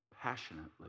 passionately